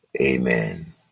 Amen